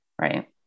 Right